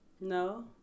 No